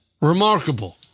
remarkable